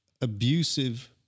abusive